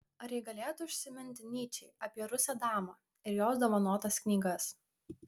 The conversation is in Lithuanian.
ar ji galėtų užsiminti nyčei apie rusę damą ir jos dovanotas knygas